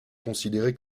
considéré